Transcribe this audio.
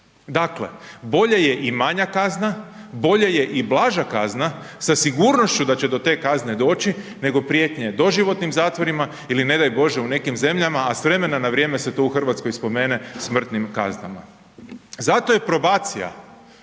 Dakle bolje je i manja kazna, bolje je blaža kazna sa sigurnošću da će do te kazne doći nego prijetnji doživotnim zatvorima ili ne daj bože u nekim zemljama a s vremena na vrijeme se to u Hrvatskoj spomene, smrtnim kaznama. Zato je probacija